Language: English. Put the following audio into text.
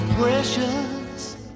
precious